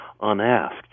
unasked